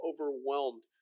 overwhelmed